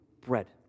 bread